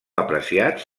apreciats